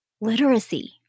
Literacy